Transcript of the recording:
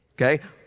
okay